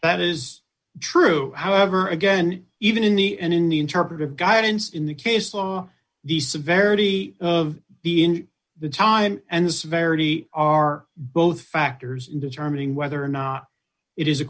that is true however again even in the end in the interpretive guidance in the case law the severity of the in the time and verity are both factors in determining whether or not it is a